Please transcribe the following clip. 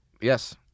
Yes